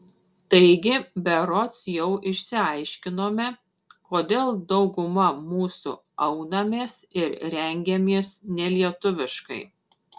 taigi berods jau išsiaiškinome kodėl dauguma mūsų aunamės ir rengiamės nelietuviškai